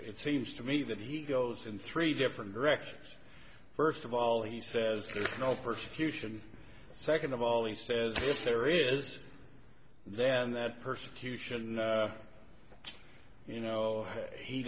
it seems to me that he goes in three different directions first of all he says there's no persecution second of all he says if there is then that persecution you know he